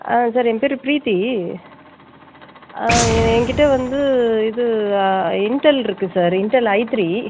sir என் பேர் ப்ரீத்தி எ என் கிட்டே வந்து இது இன்ட்டல் இருக்குது சார் இன்ட்டல் ஐ த்ரீ